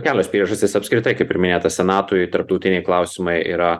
kelios priežastys apskritai kaip ir minėta senatui tarptautiniai klausimai yra